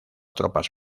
tropas